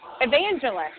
evangelist